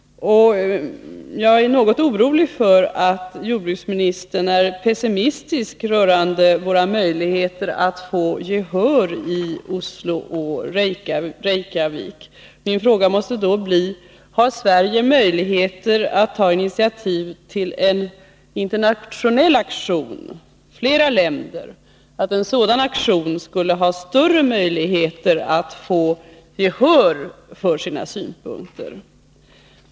Jag är något orolig för att jordbruksministern är pessimistisk rörande våra möjligheter att få gehör i Oslo och Reykjavik. Min fråga måste då bli: Har Sverige möjligheter att ta initiativ till en internationell aktion med flera länder? En sådan aktion skulle ha större möjligheter att få gehör för sina synpunkter.